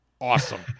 awesome